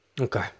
Okay